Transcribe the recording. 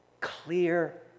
clear